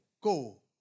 Go